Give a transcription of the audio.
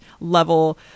level